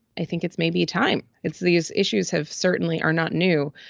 i think it's maybe time it's these issues have certainly are not new.